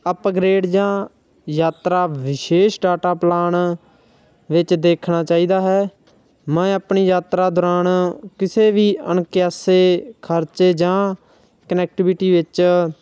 upgrade ਜਾਂ ਯਾਤਰਾ ਵਿਸ਼ੇਸ਼ ਡਾਟਾ ਪਲਾਨ ਵਿੱਚ ਦੇਖਣਾ ਚਾਹੀਦਾ ਹੈ ਮੈਂ ਆਪਣੀ ਯਾਤਰਾ ਦੌਰਾਨ ਕਿਸੇ ਵੀ ਅਣਕਿਆਸੇ ਖਰਚੇ ਜਾਂ ਕਨੈਕਟਿਵਿਟੀ ਵਿੱਚ